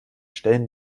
stellen